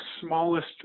smallest